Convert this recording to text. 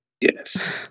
Yes